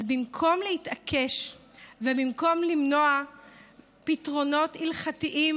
אז במקום להתעקש ובמקום למנוע פתרונות הלכתיים